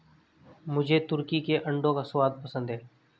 मुझे तुर्की के अंडों का स्वाद पसंद है